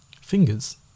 fingers